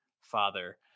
father